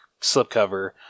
slipcover